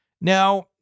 Now